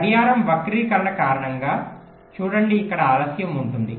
గడియారం వక్రీకరణ కారణంగా చూడండి ఇక్కడ ఆలస్యం ఉంటుంది